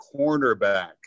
cornerback